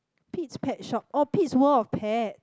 pit's pet shop oh pit's world of pet